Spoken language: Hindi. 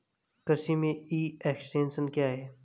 कृषि में ई एक्सटेंशन क्या है?